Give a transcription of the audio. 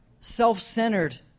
self-centered